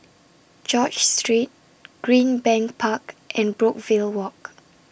George Street Greenbank Park and Brookvale Walk